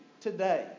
today